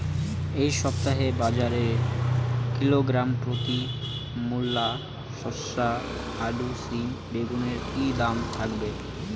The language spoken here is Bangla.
এই সপ্তাহে বাজারে কিলোগ্রাম প্রতি মূলা শসা আলু সিম বেগুনের কী দাম থাকবে?